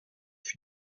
fut